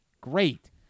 great